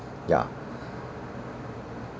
ya